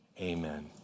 Amen